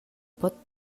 pot